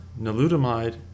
nalutamide